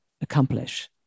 accomplish